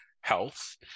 health